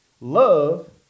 Love